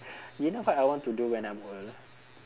you know what I want to do when I'm old